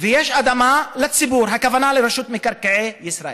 ויש אדמה לציבור הכוונה לרשות מקרקעי ישראל,